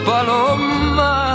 Paloma